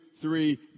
three